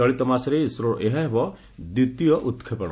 ଚଳିତ ମାସରେ ଇସ୍ରୋର ଏହା ହେବ ଦ୍ୱିତୀୟ ଉତ୍କ୍ଷେପଣ